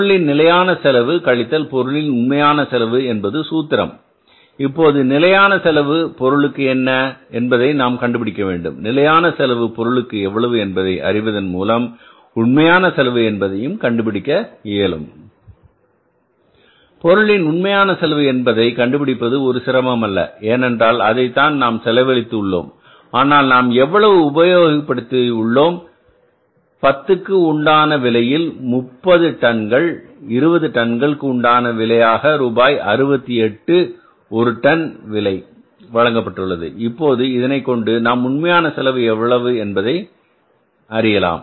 பொருளின் நிலையான செலவு கழித்தல் பொருளின் உண்மையான செலவு என்பது சூத்திரம் இப்போது நிலையான செலவு பொருளுக்கு என்ன என்பதை நாம் கண்டுபிடிக்க வேண்டும் நிலையான செலவு பொருளுக்கு எவ்வளவு என்பதை அறிவதன் மூலம் உண்மையான செலவு என்பதையும் கண்டுபிடிக்க இயலும் பொருளின் உண்மையான செலவு என்பதை கண்டுபிடிப்பது ஒரு சிரமம் அல்ல ஏனென்றால் அதைத்தான் நாம் செலவழித்து உள்ளோம் ஆனால் நாம் எவ்வளவு உபயோகப்படுத்தி உள்ளம் பத்துக்கு உண்டான விலையில் 30 டன்கள் 20 டன்கள் உண்டான விலையாக ரூபாய் 68 ஒரு டன் விலை வழங்கப்பட்டுள்ளது இப்போது இதனை கொண்டு நாம் உண்மையான செலவு எவ்வளவு என்பதை அறியலாம்